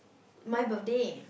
my birthday